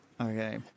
Okay